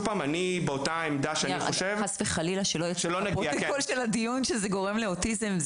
שלא יובן בפרוטוקול שזה גורם לאוטיזם.